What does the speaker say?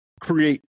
create